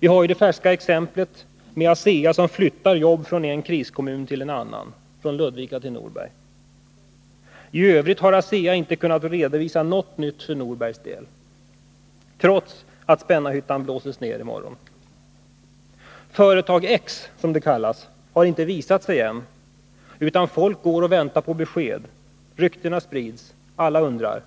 Vi har ju det färska exemplet med ASEA, som flyttar jobb från en kriskommun till en annan, från Ludvika till Norberg. I övrigt har ASEA inte kunnat redovisa något nytt för Norbergs del, trots att Spännarhyttan nu blåses ner i morgon. Företag X, som det kallas, har inte visat sig än, utan folk går och väntar på besked. Rykten sprids. Alla undrar.